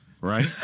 Right